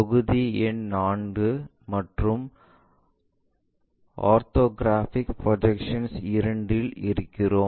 தொகுதி எண் 4 மற்றும் ஓர்தொக்ராபிக் ப்ரொஜெக்ஷன்ஸ் II இல் இருக்கிறோம்